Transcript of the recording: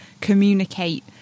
communicate